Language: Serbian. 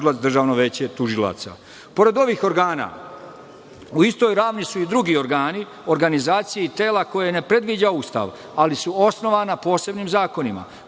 DVT.Pored ovih organa, u istoj ravni su i drugi organi, organizacije i tela koje ne predviđa Ustav, ali su osnovani posebnim zakonima,